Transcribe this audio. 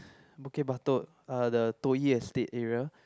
Bukit-Batok uh the toh-yi estate area